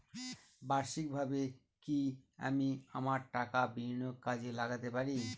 বার্ষিকভাবে কি আমি আমার টাকা বিনিয়োগে কাজে লাগাতে পারি?